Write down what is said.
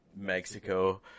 Mexico